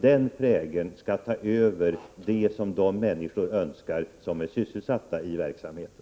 Den prägeln skall ta överhanden, inte de människors som är sysselsatta inom verksamheten.